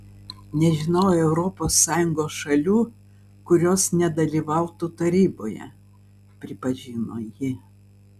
nežinau europos sąjungos šalių kurios nedalyvautų taryboje pripažino ji